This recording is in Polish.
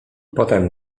potem